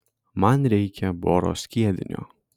man reikia boro skiedinio